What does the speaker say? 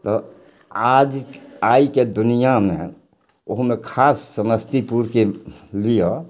तऽ आज आइके दुनिआँमे ओहुमे खास समस्तीपुरके लिअ